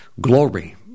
Glory